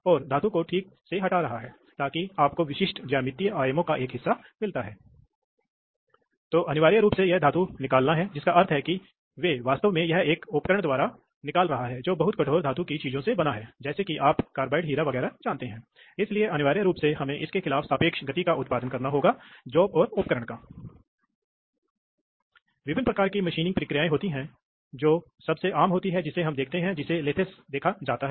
इसलिए हमने पहले से ही दिशा नियंत्रण वाल्वों को देखा है हमने उन्हें हाइड्रोलिक्स के दौरान भी देखा है इसलिए यहां बहुत कुछ नया नहीं है इसलिए वाल्व वास्तव में यहां दिखाया गया है वहां हैं इसलिए आप इनलेट और आउटलेट पोर्ट देख सकते हैं इसलिए आप देख सकते हैं कि यह तब है जब पायलट दबाव है जैसा कि आप देख सकते हैं कि यहां स्प्रिंग है मुझे यहां एक उचित कलम चुनने दें इसलिए यह पायलट दबाव है